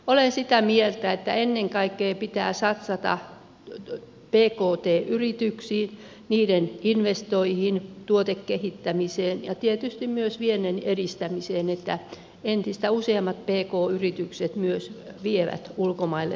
olen sitä mieltä että ennen kaikkea pitää satsata pkt yrityksiin niiden investointeihin tuotekehittämiseen ja tietysti myös viennin edistämiseen että entistä useammat pk yritykset myös vievät ulkomaille tavaroitansa